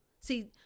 See